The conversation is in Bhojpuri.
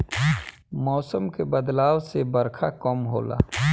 मौसम के बदलाव से बरखा कम होला